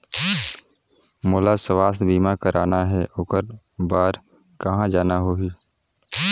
मोला स्वास्थ बीमा कराना हे ओकर बार कहा जाना होही?